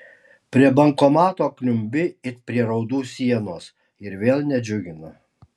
prie bankomato kniumbi it prie raudų sienos ir vėl nedžiugina